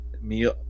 meal